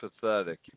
pathetic